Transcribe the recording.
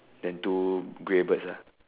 then two grey birds ah